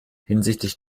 hinsichtlich